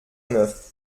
neuf